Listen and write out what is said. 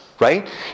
Right